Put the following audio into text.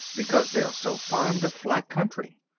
because they are so fond of flat country.